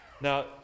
Now